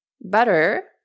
butter